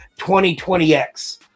2020X